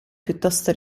piuttosto